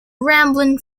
rambling